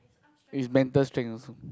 is mental strength also